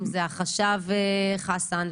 אם זה החשב חסן,